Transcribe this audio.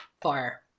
Fire